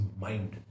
mind